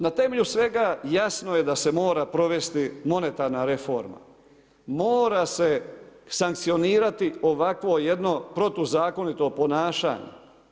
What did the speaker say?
Na temelju svega jasno je da se mora provesti monetarna reforma, mora se sankcionirati ovakvo jedno protuzakonito ponašanje.